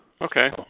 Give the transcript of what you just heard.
Okay